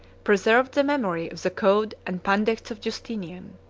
preserved the memory of the code and pandects of justinian.